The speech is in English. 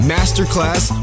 Masterclass